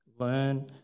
Learn